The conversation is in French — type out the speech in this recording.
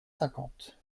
cinquante